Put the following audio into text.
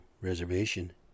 reservation